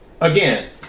Again